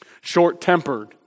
Short-tempered